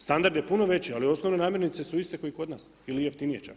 Standard je puno veći, ali osnovne namirnice su iste kao i kod nas ili jeftinije čak.